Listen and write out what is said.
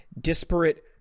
disparate